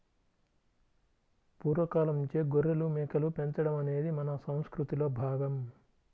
పూర్వ కాలంనుంచే గొర్రెలు, మేకలు పెంచడం అనేది మన సంసృతిలో భాగం